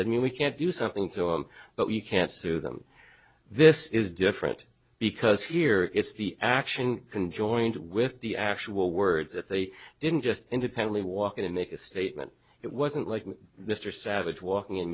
doesn't mean we can't do something to him but we can't sue them this is different because here is the action can joined with the actual words that they didn't just independently walk in and make a statement it wasn't like mr savage walking